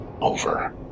over